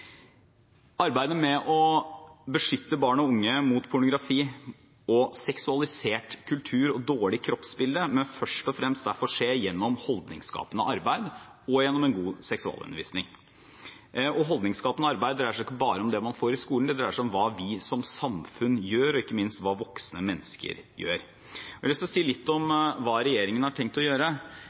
Arbeidet med å beskytte barn og unge mot pornografi og seksualisert kultur og dårlig kroppsbilde må først og fremst derfor skje gjennom holdningsskapende arbeid og gjennom en god seksualundervisning. Holdningsskapende arbeid dreier seg ikke bare om det man får i skolen, det dreier seg om hva vi som samfunn gjør, og ikke minst hva voksne mennesker gjør. Jeg har lyst til å si litt om hva regjeringen har tenkt å gjøre.